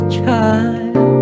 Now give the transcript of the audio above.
child